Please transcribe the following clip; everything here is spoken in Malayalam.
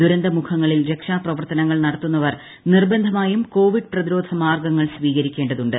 ദുരന്തമുഖങ്ങളിൽ രക്ഷാപ്രവർത്തനങ്ങൾ നടത്തുന്നവർ നിർബന്ധമായും കോവിഡ് പ്രതിരോധ മാർഗങ്ങൾ സ്വീകരിക്കേണ്ടതുണ്ട്